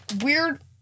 weird